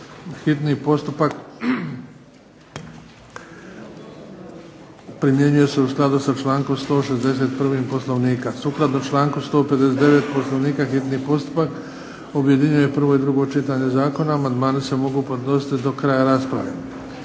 Hitni postupak primjenjuje se u skladu sa člankom 161. Poslovnika. Sukladno članku 159. POslovnika hitni postupak objedinjuje prvo i drugo čitanje zakona. Amandmani se mogu podnositi do kraja rasprave.